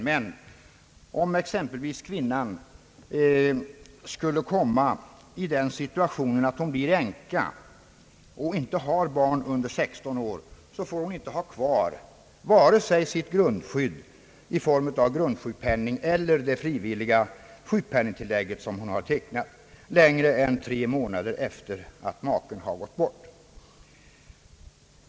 Men om en kvinna skulle komma i den situationen att hon blir änka och inte har barn under 16 år, får hon inte ha kvar vare sig sitt grundskydd i form av grundsjukpenning eller det frivilliga sjukpenningtillägget längre än tre månader efter det maken gått bort.